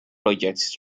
projects